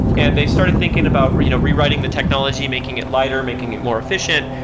and they started thinking about you know rewriting the technology, making it lighter, making it more efficient,